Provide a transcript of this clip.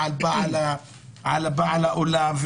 על בעל האולם,